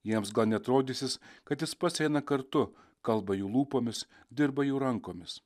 jiems gal net rodysis kad jis pats eina kartu kalba jų lūpomis dirba jų rankomis